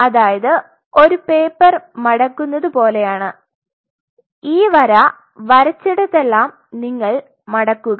അതായത് ഒരു പേപ്പർ മടക്കുന്നത് പോലെയാണ് ഈ വര വരച്ചിടത്തെല്ലാം നിങ്ങൾ മടക്കുക